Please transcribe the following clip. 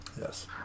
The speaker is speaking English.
Yes